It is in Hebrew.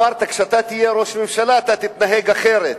אתה אמרת שכשאתה תהיה ראש ממשלה אתה תתנהג אחרת.